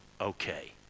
okay